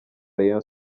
rayon